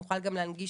נוכל גם להנגיש